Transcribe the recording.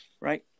Right